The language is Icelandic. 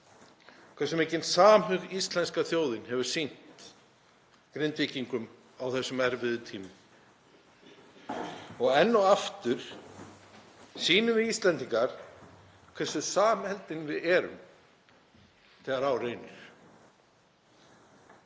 hversu mikinn samhug íslenska þjóðin hefur sýnt Grindvíkingum á þessum erfiðu tímum. Enn og aftur sýnum við Íslendingar hversu samheldin við erum þegar á reynir.